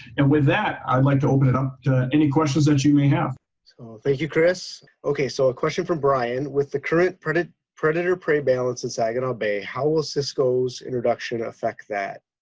and with that, i'd like to open it up to any questions that you may have. so thank you, chris. okay, so a question from brian with the current predator predator prey balance in saginaw bay, how will ciscos introduction affect that?